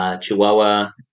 Chihuahua